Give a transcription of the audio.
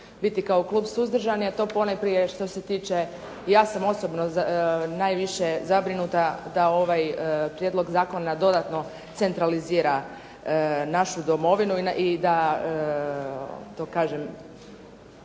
biti kao klub suzdržani, a to ponajprije što se tiče ja sam osobno najviše zabrinuta da ovaj prijedlog zakona dodatno centralizira našu domovinu i da to kažem